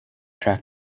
track